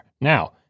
Now